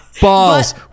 Balls